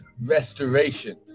Restoration